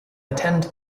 attend